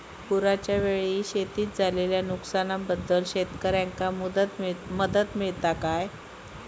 पुराच्यायेळी शेतीत झालेल्या नुकसनाबद्दल शेतकऱ्यांका मदत मिळता काय?